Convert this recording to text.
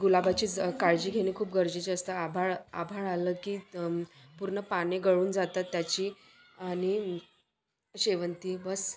गुलाबाची ज काळजी घेणे खूप गरजेचे असतात आभाळ आभाळ आलं की पूर्ण पाने गळून जातात त्याची आणि शेवंती बस